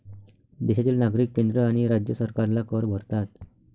देशातील नागरिक केंद्र आणि राज्य सरकारला कर भरतात